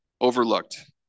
overlooked